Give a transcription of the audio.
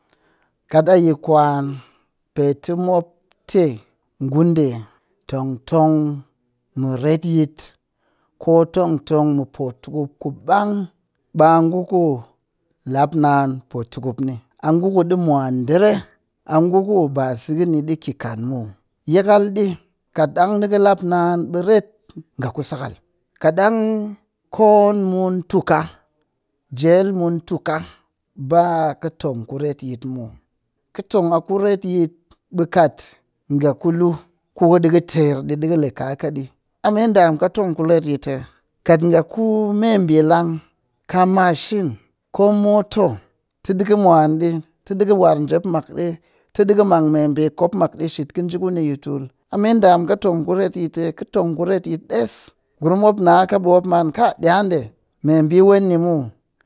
Kat yi kwan petɨ mop tɨ nguɗe tong tong mu retyit ko tong tong mu potukup ku ɓang ɓaa ngu ku naan potukupni ɓaa ngu ku ɗi mwan dire a ngu ku ba sɨgƙɨ ni ɗi ki kan muw. Yakal ɗi kat ɗang nikɨ lap naan ɓe ret ka ku sakal, kaɗang koon mu tuka jel mun tuka ba kɨ tong ku retyit muw kɨ tong a retyit. Ɓe kat nga ku lu kuɗi kɨ ter ɗi kɨle kaaka ɗi ame ɗamka tong ku retyit hee, kat nga ku meɓi lang kaa machine ko moto tɨ ɗikɨ mwan tɨ ɗikɨ war njep mak ɗi tɨ ɗikɨ mang me ɓikop mak ɗi kɨ njiikuni tul ame ɗamka retyit hee kɨ tong ku retyit ɗes ngurum na ka mop kai ɗiaɗe meɓi ween ni muw.